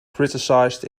criticized